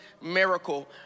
miracle